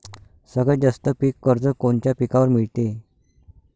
सगळ्यात जास्त पीक कर्ज कोनच्या पिकावर मिळते?